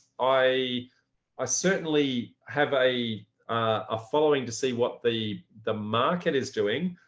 i i certainly have a ah following to see what the the market is doing.